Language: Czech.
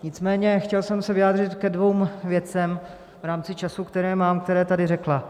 Nicméně chtěl jsem se vyjádřit ke dvěma věcem v rámci času, který mám, které tady řekla.